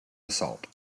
assault